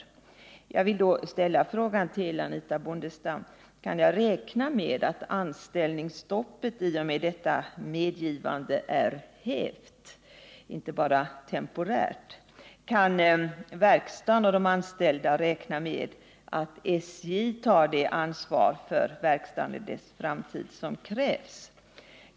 Jag vill med anledning av detta ställa följande frågor till Anitha Bondestam: Kan jag räkna med att anställningsstoppet i och med detta medgivande är hävt, inte bara temporärt? Kan verkstaden och de anställda räkna med att SJ tar det ansvar för verkstaden och dess framtid som krävs?